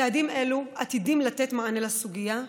צעדים אלו עתידים לתת מענה לסוגיה.